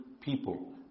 people